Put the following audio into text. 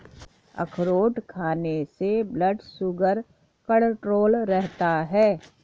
अखरोट खाने से ब्लड शुगर कण्ट्रोल रहता है